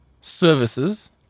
services